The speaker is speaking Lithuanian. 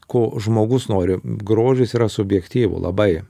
ko žmogus nori grožis yra subjektyvu labai